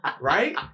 right